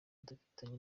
dufitanye